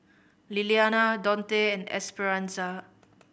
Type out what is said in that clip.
Lillianna Donte and Esperanza